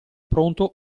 pronto